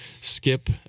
Skip